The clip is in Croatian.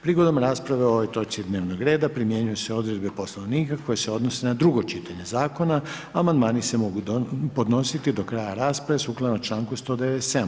Prigodom rasprave o ovoj točci dnevnog reda primjenjuju se odredbe Poslovnika koje se odnose na drugo čitanje zakona, amandmani se mogu podnositi do kraja rasprave sukladno članku 197.